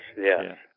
yes